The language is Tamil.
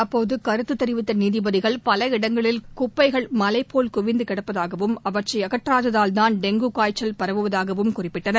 அப்போது கருத்து தெரிவித்த நீதிபதிகள் பல இடங்களில் குப்பைகள் மலைபோல் குவிந்து கிடப்பதாகவும் அவற்றை அகற்றாததால்தான் டெங்கு காய்ச்சல் பரவுவதாகவும் குறிப்பிட்டனர்